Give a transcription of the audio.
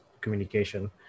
communication